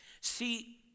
See